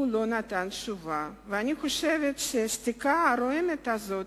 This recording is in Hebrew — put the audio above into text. הוא לא נתן תשובה, ואני חושבת שהשתיקה הרועמת הזאת